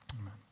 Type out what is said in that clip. Amen